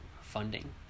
funding